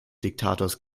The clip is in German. diktators